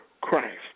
Christ